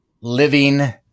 living